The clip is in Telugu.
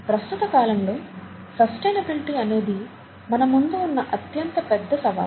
ప్రస్తుత కాలంలో సస్టైనబిలిటీ అనేది మన ముందు ఉన్న అత్యంత పెద్ద సవాలు